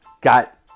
got